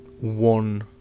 one